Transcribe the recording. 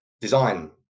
Design